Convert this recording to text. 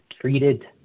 treated